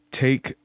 take